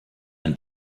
ein